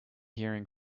hearing